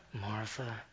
Martha